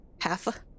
half